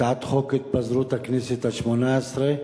הצעת חוק התפזרות הכנסת השמונה-עשרה,